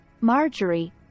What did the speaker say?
Marjorie